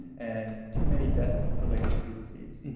and too many deaths related to disease.